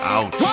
Out